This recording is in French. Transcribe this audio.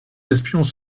espions